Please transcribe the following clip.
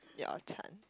your turn